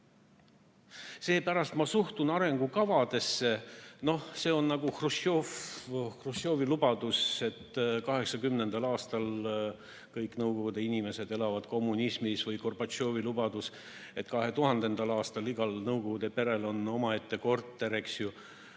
Seepärast ma suhtun arengukavadesse ... Noh, see on nagu Hruštšovi lubadus, et 1980. aastal kõik Nõukogude inimesed elavad kommunismis, või Gorbatšovi lubadus, et 2000. aastal on igal Nõukogude perel omaette korter ja